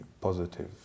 positive